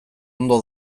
ondo